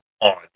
on